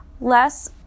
Less